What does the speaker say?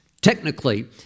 technically